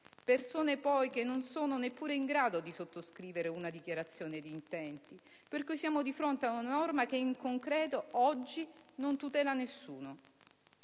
persone che non sono neppure in grado di sottoscrivere una dichiarazione di intenti, per cui siamo di fronte ad una norma che in concreto oggi non tutela nessuno.